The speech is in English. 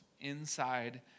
inside